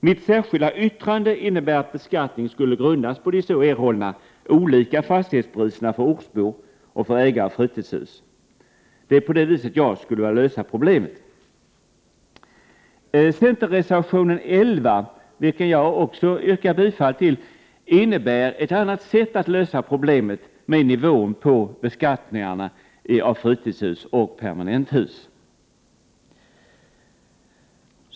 Mitt särskilda yttrande innebär att beskattning skulle grundas på de så erhållna, olika fastighetspriserna för ortsbor och för ägare av fritidshus. Det är på det viset jag skulle vilja lösa problemet. Centerreservationen 11, vilken jag också yrkar bifall till, innebär ett annat sätt att lösa problemet med nivåerna på beskattningen av fritidshus och permanenthus.